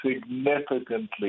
significantly